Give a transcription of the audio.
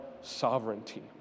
sovereignty